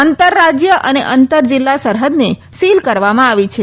અંતર રાજ્ય અને અંતર જિલ્લા સરહદને સીલ કરવામાં આવી છે